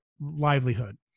livelihood